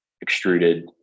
extruded